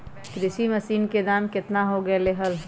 कृषि मशीन के दाम कितना हो गयले है?